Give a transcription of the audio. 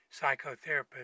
psychotherapist